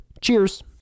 Cheers